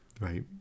right